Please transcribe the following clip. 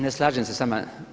Ne slažem se s vama.